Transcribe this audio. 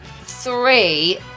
three